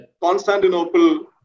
Constantinople